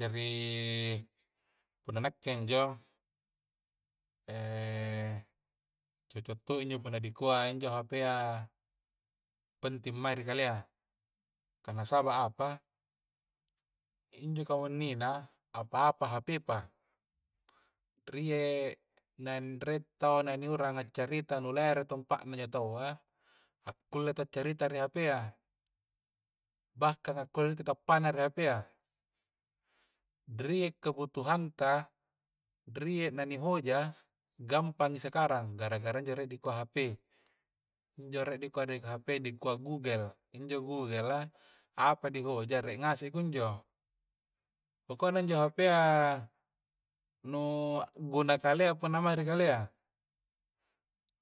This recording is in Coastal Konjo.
Jari punna nakke injo cocokto injo punna dikuai injo hapea penting mange ri kalea kah nasaba apa injo kammunina apa-apa hapepa rie nandre'taua na ni di urang accarita nu lere tampanna injo taua akulle taccarita ri hapea bahkang na kulle tappana ri hapea rie kabutuhanta rie na ni hoja gampangi sakarang gara-gara injo dikuai ri hape injo re dikua di hape dikua gugel, injo gugel a apa dihoja rie ngaseng kunjo, pokona injo hapea nu a'guna naka kalea punna mae ri kalea,